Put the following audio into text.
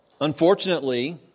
Unfortunately